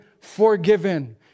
forgiven